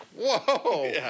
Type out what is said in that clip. whoa